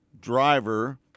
driver